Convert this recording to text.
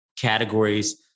categories